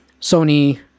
Sony